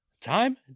Time